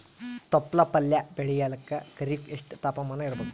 ತೊಪ್ಲ ಪಲ್ಯ ಬೆಳೆಯಲಿಕ ಖರೀಫ್ ಎಷ್ಟ ತಾಪಮಾನ ಇರಬೇಕು?